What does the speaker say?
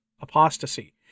apostasy